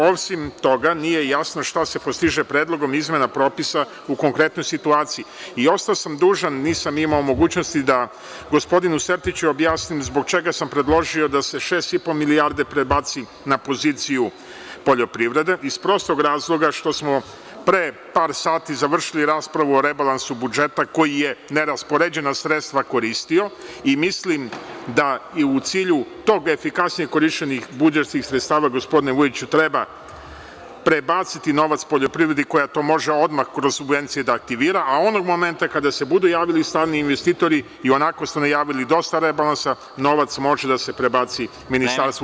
Osim toga, nije jasno šta se postiže predlogom izmena propisa u konkretnoj situaciji i ostao sam dužan, nisam imao mogućnosti da gospodinu Sertiću objasnim zbog čega sam predložio da se 6,5 milijardi prebaci na poziciju poljoprivrede iz prostog razloga što smo pre par sati završili raspravu o rebalansu budžeta koji je neraspoređena sredstva koristio i mislim da i u cilju tog efikasnijeg korišćenja budžetskih sredstava, gospodine Vujiću, treba prebaciti novac poljoprivredi koja to može odmah kroz subvencije da aktivira, a onog momenta kada se budu javili strani investitori, i onako su najavili dosta rebalansa, novac može da se prebaci ministarstvu.